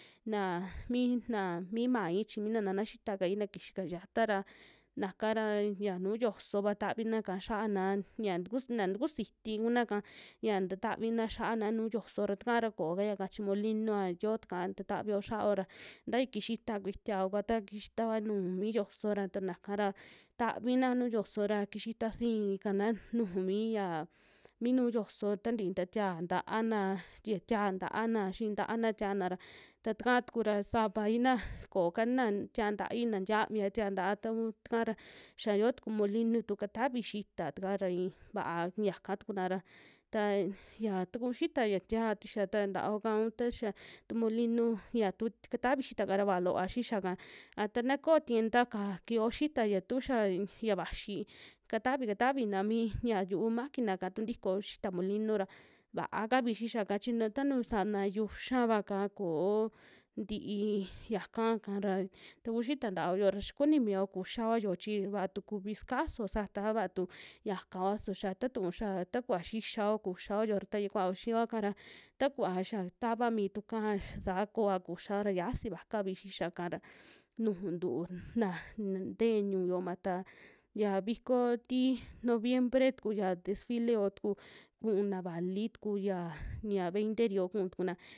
Naa mi na mii maai chi nana xitakai na kxi ka yiata ra, naka ra yia nuu yoso kua tavina'ka xia'ana yia tukusi na tukusiti kuna'ka ya nta tavina xa'ana nuu yoso ra taka ra koo kai yaka chi molino'a yoo takaa nta tavi xia'ayo ra, ta ya kixita kuitia kua taxita nuu mi yoso ra, tana kaa ra tavina nuu yoso ra kixi ta sii kana nuju miya mi nu yoso tantii nta tiaa nta'ana, tie tiaa nta'ana. Xii ntaana tiana ra ta taka tuku ra savaina kookana tia nta'ai, na ntiavia tia'a nta'a tavu takaa ra yia yoo tuku molino tu katavi xita taka ra in va'a yaka tukuna ra, taa ya taku xita yia tia tixa ta nta'aoka un ta xia tu molino ya tu katavi xitaka ra vaa looa xixiya'ka, a ta na ko'o tiedna'ka kio xita ya tuxaa ya vaxi katavi, katavina mii ya yu'u maquina'ka tu ntiko xita molinu ra va'akavi xixia'ka chi na tanu sana yuxava'ka ko'o ntii yaka ka ra taku xita nta'aoyo ra xa kuni miao kuxiao ya yo'o chi, vatu kuvib sakasuo sataa, vaa tu yakaoa su xa tatuu xaa takuva xixiao kuxiao ya yoo ra, taya kuao xiioa'ka ra takuvaa xia tava mitukaa xa saa kooa kuxiao ra yiasi vakavi xixia'ka ra nuju ntuu naj nte'e ñu'u yooma ta ya viko ti noviembre tuku ya desfile otuku ku'una vali tuku ya ñia veinte'ri yo'o kuun tukuna.